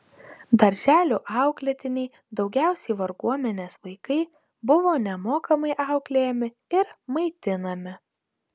darželių auklėtiniai daugiausiai varguomenės vaikai buvo nemokamai auklėjami ir maitinami